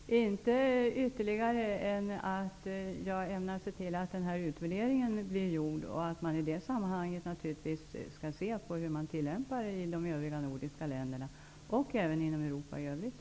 Herr talman! Inte ytterligare än att jag ämnar se till att denna utvärdering blir gjord och att man i det sammanhanget skall studera hur de andra nordiska länderna och även Europa i övrigt tillämpar lagstiftningarna på detta område.